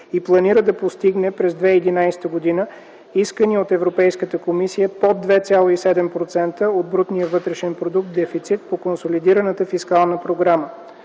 и планира да постигне през 2011 г. искания от Европейската комисия под 2,7% от брутния вътрешен продукт дефицит по консолидираната фискална програма.